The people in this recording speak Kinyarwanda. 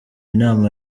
inama